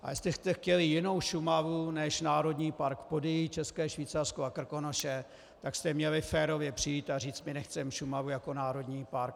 A jestli jste chtěli jinou Šumavu než Národní park Podyjí, České Švýcarsko a Krkonoše, tak jste měli férově přijít a říct: my nechceme Šumavu jako národní park.